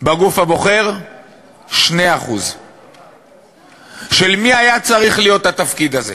בגוף הבוחר יש 2%. של מי היה צריך להיות התפקיד הזה?